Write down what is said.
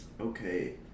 Okay